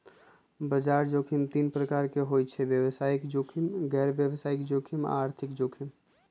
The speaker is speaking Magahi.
बजार जोखिम तीन प्रकार के होइ छइ व्यवसायिक जोखिम, गैर व्यवसाय जोखिम आऽ आर्थिक जोखिम